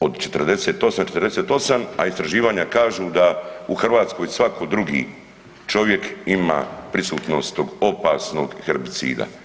Od 48, 48 a istraživanja kažu da u Hrvatskoj svaki drugi čovjek ima prisutnog tog opasnog herbicida.